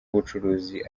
ubucuruzi